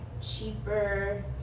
cheaper